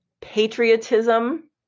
patriotism